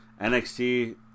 NXT